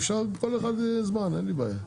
אפשר כל אחד יש זמן, אין לי בעיה.